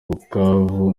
bukavu